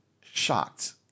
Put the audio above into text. shocked